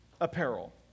apparel